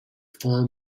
far